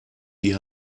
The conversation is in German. die